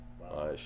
Wow